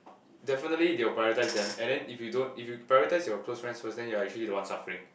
definitely you will prioritize them and then if you don't if you prioritize your close friends first then you are actually the one suffering